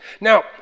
Now